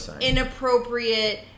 inappropriate